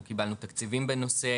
אנחנו קבלנו תקציבים בנושא.